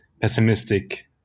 pessimistic